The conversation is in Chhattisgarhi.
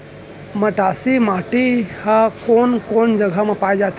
मटासी माटी हा कोन कोन जगह मा पाये जाथे?